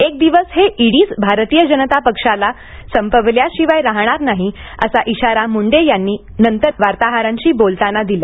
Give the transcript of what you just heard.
एक दिवस हे ईडीच भारतीय जनता पक्षाला संपवल्याशिवाय राहणार नाही असा इशारा मुंडे यांनी नंतर वार्ताहरांशी बोलताना दिला